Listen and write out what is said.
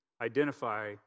identify